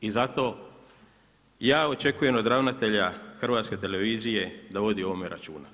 I zato ja očekujem od ravnatelja Hrvatske televizije da vodi o ovome računa.